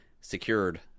secured